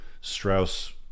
Strauss